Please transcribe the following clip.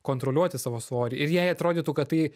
kontroliuoti savo svorį ir jei atrodytų kad tai